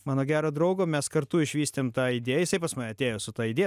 mano gero draugo mes kartu išvystėm tą idėją jisai pas mane atėjo su ta idėja